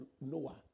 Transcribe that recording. Noah